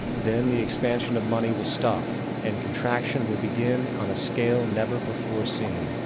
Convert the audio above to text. then the expansion of money will stop and contraction will begin on a scale never before seen,